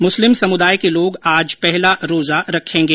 मुस्लिम समुदाय के लोग आज पहला रोजा रखेंगे